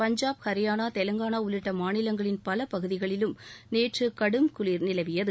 பஞ்சாப் ஹரியானா தெலங்கானா உள்ளிட்ட மாநிலங்களின் பல பகுதிகளிலும் நேற்று கடும் குளிர் நிலவியது